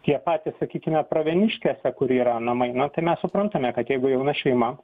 tie patys sakykime pravieniškėse kur yra namai na tai mes suprantame kad jeigu jauna šeima